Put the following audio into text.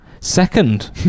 Second